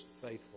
faithful